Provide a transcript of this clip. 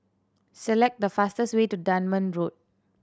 select the fastest way to Dunman Road